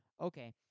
Okay